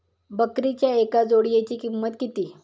बकरीच्या एका जोडयेची किंमत किती?